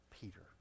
Peter